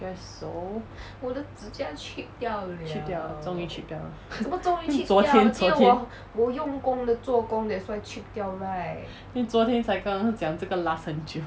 I guess so chip 掉 liao 终于 chip 掉 liao 昨天昨天昨天才刚讲这个 last 很久